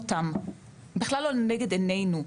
שבכלל לא לנגד עינינו,